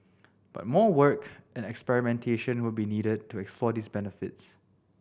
but more work and experimentation would be needed to explore these benefits